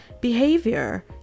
behavior